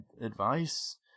advice